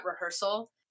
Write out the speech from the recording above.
rehearsal